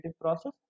process